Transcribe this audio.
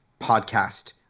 podcast